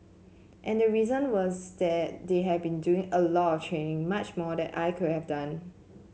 and the reason was that they had been doing a lot training much more than I could have done